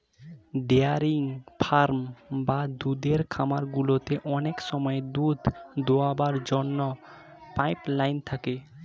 dairy farm বা দুধের খামারগুলিতে অনেক সময় দুধ দোয়াবার জন্য পাইপ লাইন থাকে